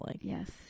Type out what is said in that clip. Yes